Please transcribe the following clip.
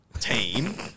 team